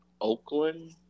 Oakland